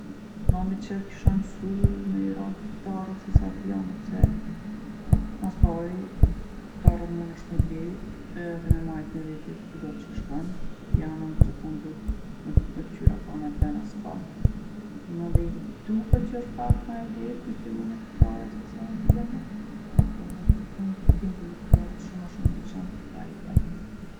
Ma me qef kisha msu me i ra gitarës sesa pijanos se mas pari gitarën munësh me ble edhe me majtë me veti kudo që shkon. Pijanon gjithmonë duhet m- me kqyr n'atë ven a ka a ska. Mandej m'duket që osht pak ma e lehtë me fillu me gitare sesa me piano Edhe n'fund tingulli i gitarës shumë ma shumë m'pëlqen sesa i pijanos.